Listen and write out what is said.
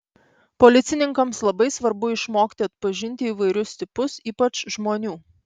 policininkams labai svarbu išmokti atpažinti įvairius tipus ypač žmonių